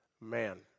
man